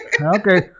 Okay